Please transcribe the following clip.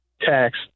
tax